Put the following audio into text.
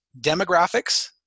demographics